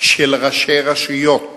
של ראשי רשויות